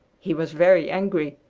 he was very angry.